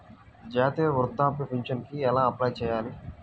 జాతీయ వృద్ధాప్య పింఛనుకి ఎలా అప్లై చేయాలి?